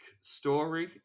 story